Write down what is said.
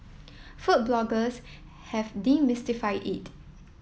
food bloggers have demystified it